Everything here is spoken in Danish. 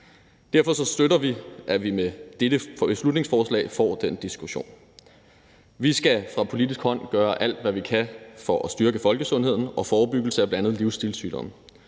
Derfor støtter vi, at vi med dette beslutningsforslag får den diskussion. Vi skal fra politisk hold gøre alt, hvad vi kan, for at styrke folkesundheden og forebyggelsen af bl.a. livsstilssygdomme.